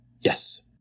Yes